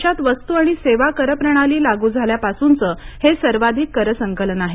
देशात वस्तू आणि सेवा कर प्रणाली लागू झाल्यापासूनचं हे सर्वाधिक कर संकलन आहे